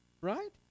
right